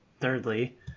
thirdly